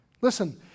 listen